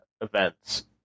events